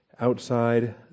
outside